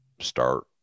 start